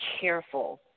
careful